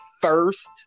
first